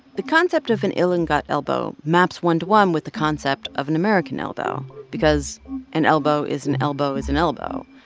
the concept of an ilongot elbow maps one to one with the concept of an american elbow because an elbow is an elbow is an elbow.